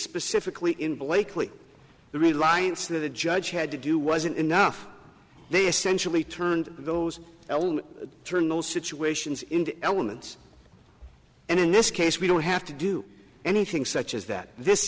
specifically in blakely the reliance that the judge had to do wasn't enough they essentially turned those elm turn those situations in the elements and in this case we don't have to do anything such as that this